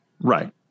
Right